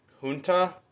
junta